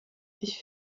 ich